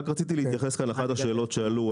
רק רציתי להתייחס לאחת השאלות שנשאלו.